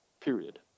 period